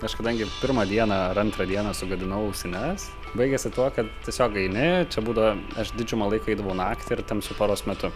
aš kadangi pirmą dieną ar antrą dieną sugadinau ausines baigėsi tuo kad tiesiog eini čia būdavo aš didžiumą laiko eidavau naktį ir tamsiu paros metu